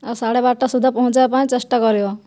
ଆଉ ସାଢ଼େ ବାରଟା ସୁଧା ପହଞ୍ଚାଇବା ପାଇଁ ଚେଷ୍ଟା କରିବ